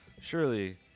surely